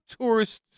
tourists